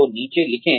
तो नीचे लिखें